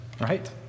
right